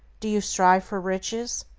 do you strive for riches?